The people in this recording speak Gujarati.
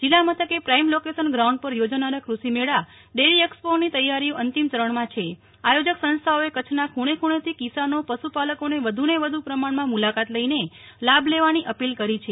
જિલ્લામથકે પ્રાઇમ લોકેશન પ્રાઉન્ડ પર યોજાનારા ક્રષિમેળા ડેરી એક્સ્પોની તૈયારીઓ અંતિમ ચરણમાં છે આયોજક સંસ્થાઓએ કચ્છના ખૂણેખૂણેથી કિસાનોપશુપાલકોને વધુને વધુ પ્રમાણમાં મુલાકાત લઇને લાભ લેવાની અપીલ કરી છે